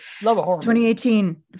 2018